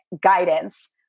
guidance